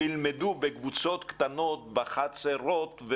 שילמדו בקבוצות קטנות בחצרות,